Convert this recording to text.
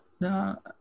no